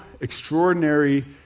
extraordinary